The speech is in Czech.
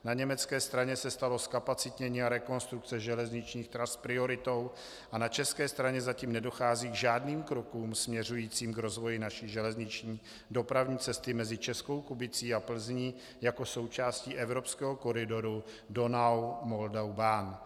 Na německé straně se stalo zkapacitnění a rekonstrukce železničních tras prioritou a na české straně zatím nedochází k žádným krokům směřujícím k rozvoji naší železniční dopravní cesty mezi Českou Kubicí a Plzní jako součástí evropského koridoru DonauMoldauBahn.